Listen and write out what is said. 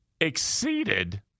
exceeded